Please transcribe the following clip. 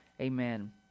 Amen